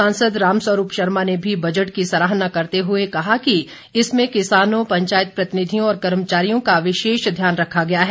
सांसद रामस्वरूप शर्मा ने भी बजट की सराहना करते हुए कहा कि इसमें किसानों पंचायत प्रतिनिधियों और कर्मचारियों का विशेष ध्यान रखा गया है